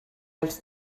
als